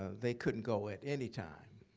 ah they couldn't go at any time.